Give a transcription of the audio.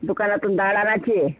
दुकानातून डाळ आणायची